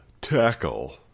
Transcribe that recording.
tackle